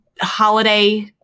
holiday